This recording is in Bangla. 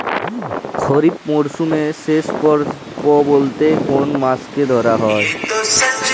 খরিপ মরসুমের শেষ পর্ব বলতে কোন কোন মাস কে ধরা হয়?